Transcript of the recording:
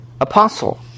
apostle